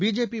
BJP